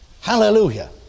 hallelujah